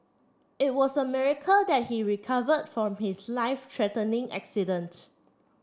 it was a miracle that he recovered from his life threatening accident